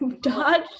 dodge